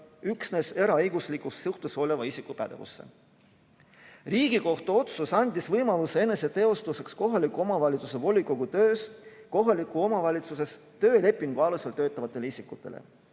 üksnes eraõiguslikus suhtes oleva isiku pädevusse. Riigikohtu otsus andis võimaluse eneseteostuseks kohaliku omavalitsuse volikogu töös kohalikus omavalitsuses töölepingu alusel töötavatele isikutele.